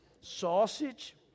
sausage